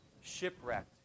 shipwrecked